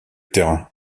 terrain